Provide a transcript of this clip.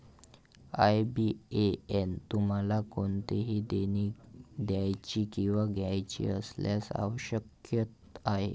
IBAN तुम्हाला कोणतेही देणी द्यायची किंवा घ्यायची असल्यास आवश्यक आहे